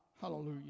Hallelujah